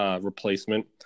replacement